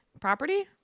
property